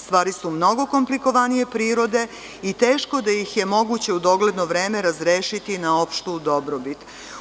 Stvari su mnogo komplikovanije prirode i teško da ih je moguće u dogledno vreme razrešiti na opštu dobrobit.